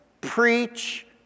preach